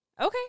okay